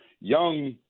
young